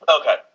Okay